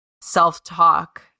self-talk